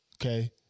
Okay